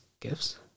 gifts